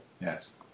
Yes